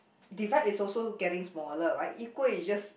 divide is also getting smaller right equal is just